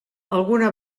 alguna